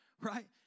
Right